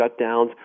shutdowns